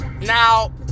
Now